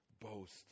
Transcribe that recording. boast